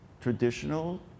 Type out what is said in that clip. traditional